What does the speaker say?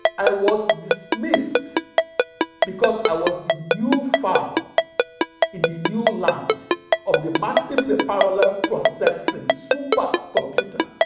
i was dismissed because i was the new fowl in the new land of the massively parallel processing supercomputer.